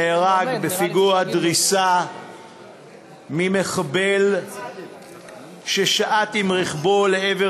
נהרג בפיגוע דריסה ממחבל ששעט עם רכבו לעבר